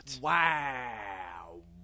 Wow